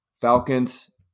Falcons